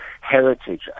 heritage